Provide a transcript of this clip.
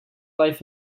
life